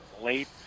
late